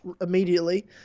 immediately